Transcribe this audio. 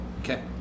Okay